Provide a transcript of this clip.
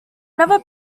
never